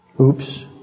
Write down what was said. Oops